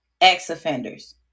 ex-offenders